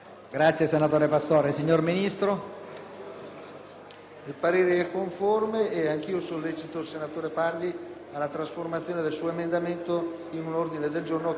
del relatore. Anch'io sollecito il senatore Pardi alla trasformazione del suo emendamento in un ordine del giorno che possa puntualizzare un aspetto che veniva